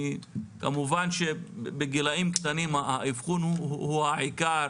כמובן שבגילאים קטנים האבחון הוא העיקר